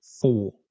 four